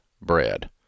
bread